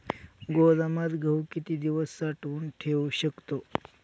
गोदामात गहू किती दिवस साठवून ठेवू शकतो?